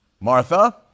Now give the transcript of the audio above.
Martha